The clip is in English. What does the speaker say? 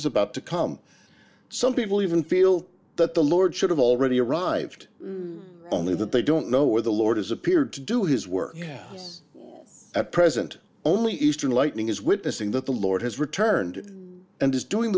is about to come some people even feel that the lord should have already arrived only that they don't know where the lord has appeared to do his work us at present only eastern lightning is witnessing that the lord has returned and is doing